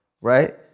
right